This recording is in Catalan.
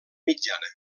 mitjana